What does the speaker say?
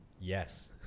yes